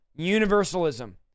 universalism